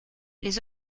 les